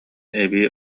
эбии